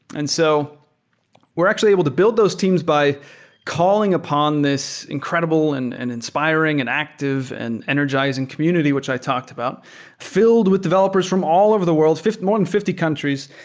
and so we're actually able to build those teams by calling upon this incredible, and and inspiring, and active, and energizing community which i talked about filled with developers from all over the world. more than fifty countries,